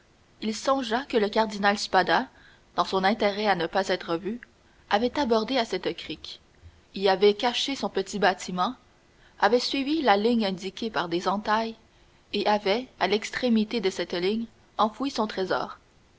il songea que le cardinal spada dans son intérêt à ne pas être vu avait abordé à cette crique y avait caché son petit bâtiment avait suivi la ligne indiquée par des entailles et avait à l'extrémité de cette ligne enfoui son trésor